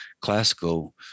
classical